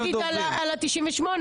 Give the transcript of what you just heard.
עכשיו אני רוצה להגיד על ה-98 הזה.